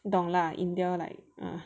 你懂 lah India like err